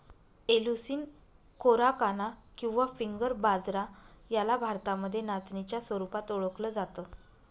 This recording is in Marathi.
एलुसीन कोराकाना किंवा फिंगर बाजरा याला भारतामध्ये नाचणीच्या स्वरूपात ओळखल जात